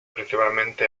principalmente